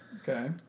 Okay